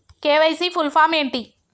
KYC full form ఏంటి?